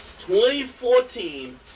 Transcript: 2014